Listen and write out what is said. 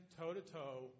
toe-to-toe